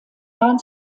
waren